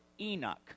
Enoch